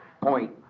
Point